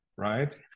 Right